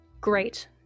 Great